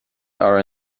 are